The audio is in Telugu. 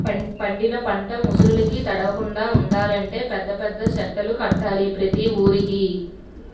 పండిన పంట ముసుర్లుకి తడవకుండలంటే పెద్ద పెద్ద సెడ్డులు కట్టాల ప్రతి వూరికి